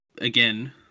again